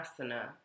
asana